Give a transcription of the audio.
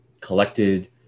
collected